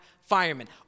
firemen